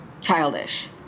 childish